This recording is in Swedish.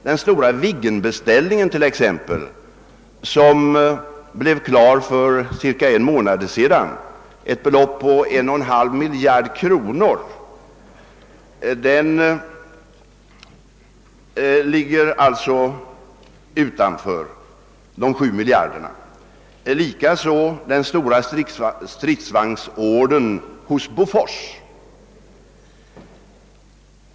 Den stora Viggen-beställningen t.ex. som blev klar för cirka en månad sedan — den uppgick till ett belopp på 1,5 miljard kronor — ligger alltså utanför de 7 miljarderna, likaså den stora stridsvagnsordern hos Bofors.